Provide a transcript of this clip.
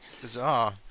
Bizarre